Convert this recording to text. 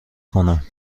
کنم